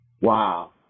Wow